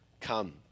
come